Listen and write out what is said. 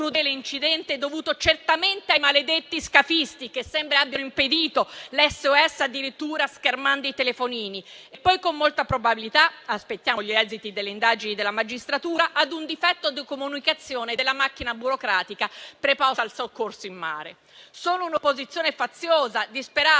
e crudele incidente dovuto certamente ai maledetti scafisti che sembra abbiano impedito l'SOS addirittura schermando i telefonini e poi con molta probabilità - aspettiamo gli esiti delle indagini della magistratura - ad un difetto di comunicazione della macchina burocratica preposta al soccorso in mare. Solo un'opposizione faziosa, disperata